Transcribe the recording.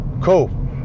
Cool